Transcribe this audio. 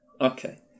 okay